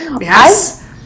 Yes